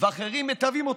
ואחרים מתעבים אותו.